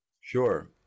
Sure